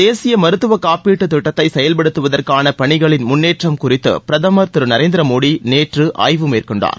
தேசிய மருத்துவ காப்பீட்டுத் திட்டத்தை செயல்படுத்துவதற்கான பணிகளின் முன்னேற்றம் குறித்து பிரதமர் திரு நரேந்திர மோடி நேற்று ஆய்வு மேற்கொண்டார்